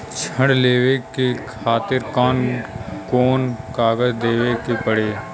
ऋण लेवे के खातिर कौन कोन कागज देवे के पढ़ही?